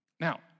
Now